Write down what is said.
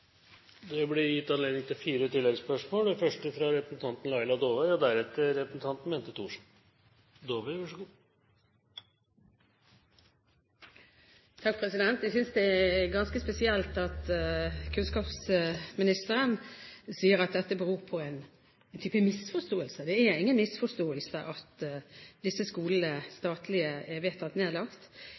Det blir gitt anledning til fire oppfølgingsspørsmål – først Laila Dåvøy. Jeg synes det er ganske spesielt at kunnskapsministeren sier at dette beror på en type misforståelse. Det er ingen misforståelse at disse statlige skolene er vedtatt nedlagt.